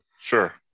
sure